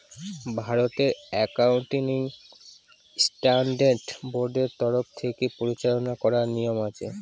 ভারতের accounting standard বোর্ডের তরফ থেকে পরিচালনা করার নিয়ম আছে